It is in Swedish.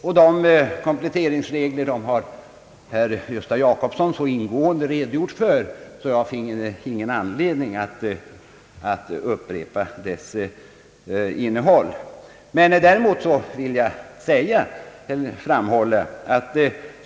Dessa regler har herr Gösta Jacobsson så ingående redogjort för att jag inte finner någon anledning att återge innehållet i dem.